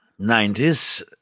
90s